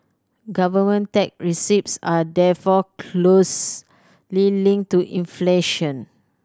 government tax receipts are therefore closely linked to inflation